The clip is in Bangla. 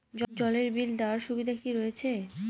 জলের বিল দেওয়ার সুবিধা কি রয়েছে?